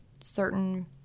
certain